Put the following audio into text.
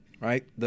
right